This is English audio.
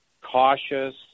cautious